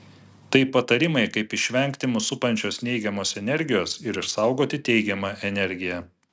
tai patarimai kaip išvengti mus supančios neigiamos energijos ir išsaugoti teigiamą energiją